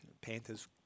Panthers